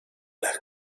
las